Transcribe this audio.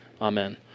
Amen